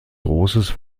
großes